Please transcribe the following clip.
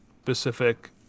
specific